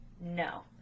No